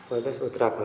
Pradesh Uttarakhand